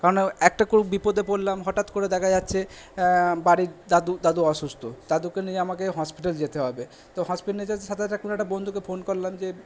একটা বিপদে পড়লাম হঠাৎ করে দেখা যাচ্ছে বাড়ির দাদু দাদু অসুস্থ দাদুকে নিয়ে আমাকে হসপিটাল যেতে হবে তো হসপিটাল সাথে সাথে কোনো একটা বন্ধুকে ফোন করলাম যে